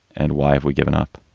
and why have we given up?